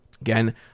Again